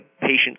patient